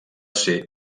ser